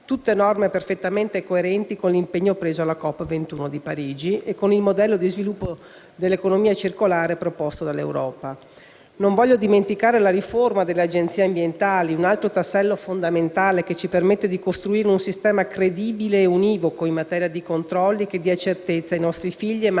Tutte norme perfettamente coerenti con l'impegno preso alla COP21 di Parigi e con il modello di sviluppo dell'economia circolare proposto dall'Europa. Non voglio dimenticare la riforma delle agenzie ambientali, un altro tassello fondamentale che ci permette di costruire un sistema credibile e univoco in materia di controlli che dia certezze ai nostri figli, ma